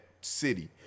city